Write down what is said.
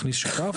מכניס שותף,